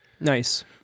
Nice